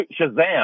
Shazam